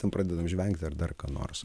ten pradedam žvengti ar dar ką nors